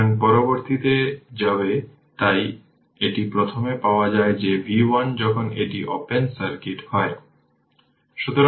সুতরাং এটি L 2 henry হবে এবং এটি R 02 সেকেন্ড হবে